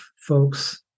folks